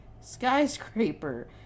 Skyscraper